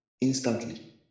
instantly